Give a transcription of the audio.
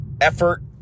effort